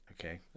Okay